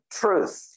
truth